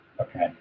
Okay